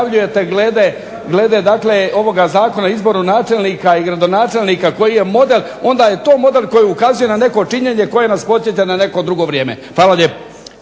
najavljujete glede ovoga Zakona o izboru načelnika i gradonačelnika koji je model onda je to model koji ukazuje na neko činjenje koje nas podsjeća na neko drugo vrijeme. Hvala lijepo.